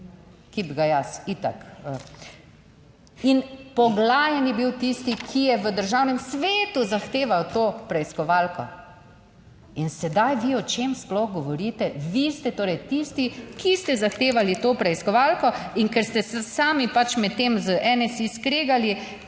ki bi ga jaz itak … In Poglajen bil tisti, ki je v Državnem svetu zahteval to preiskovalko. In sedaj vi o čem sploh govorite? Vi ste torej tisti, ki ste zahtevali to preiskovalko. In ker ste se sami pač med tem z NSi skregali,